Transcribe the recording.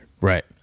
Right